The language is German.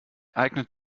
eignet